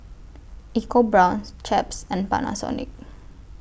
EcoBrown's Chaps and Panasonic